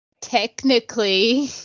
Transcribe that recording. technically